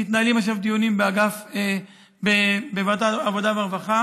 מתנהלים עכשיו דיונים בוועדת העבודה והרווחה